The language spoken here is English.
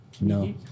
No